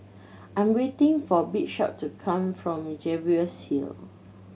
I'm waiting for Bishop to come from Jervois Hill